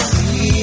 See